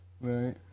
right